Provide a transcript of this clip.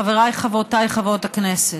חבריי וחברותיי חברות הכנסת,